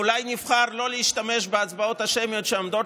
אולי נבחר לא להשתמש בהצבעות השמיות שעומדות